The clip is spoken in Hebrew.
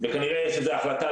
וכנראה שזה ההחלטה,